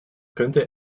könnte